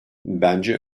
bence